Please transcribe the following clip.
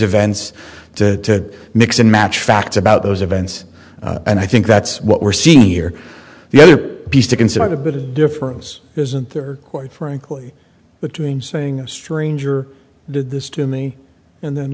events to mix and match facts about those events and i think that's what we're seeing here the other piece to consider it a bit of difference isn't there quite frankly between saying a stranger did this to me and then